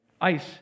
ice